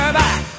back